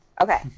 Okay